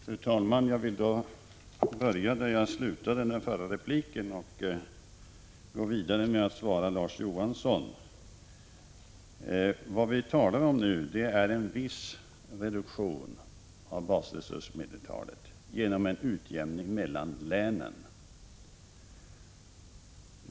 Fru talman! Jag vill börja där jag slutade den förra repliken och gå vidare med att svara Larz Johansson. Vad vi talar om nu är en viss reduktion av basresursmedeltalet genom en utjämning mellan länen.